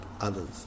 others